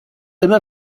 immer